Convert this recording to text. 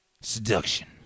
seduction